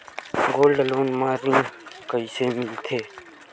Gold loan म ऋण कइसे मिलथे?